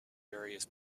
various